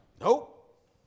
Nope